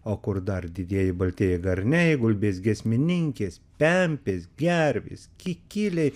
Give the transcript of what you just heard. o kur dar didieji baltieji garniai gulbės giesmininkės pempės gervės kikiliai